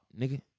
nigga